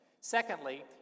Secondly